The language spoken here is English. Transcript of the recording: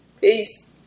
Peace